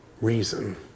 reason